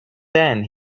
then